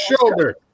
shoulder